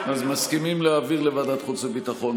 מסכימים להעביר לוועדת חוץ וביטחון.